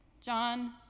John